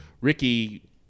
Ricky